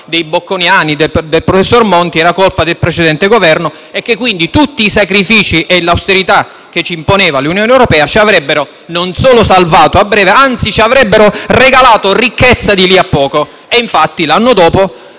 dei bocconiani e del professor Monti ma del precedente Governo e che, quindi, tutti i sacrifici e l'austerità che ci imponeva l'Unione europea ci avrebbero, non solo salvato a breve, ma, anzi, ci avrebbero regalato ricchezza di lì a poco. Infatti, l'anno dopo,